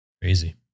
Crazy